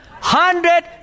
Hundred